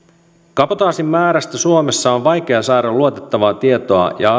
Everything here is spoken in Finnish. kabotaasin määrästä suomessa on vaikea saada luotettavaa tietoa ja